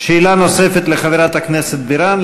שאלה נוספת לחברת הכנסת בירן,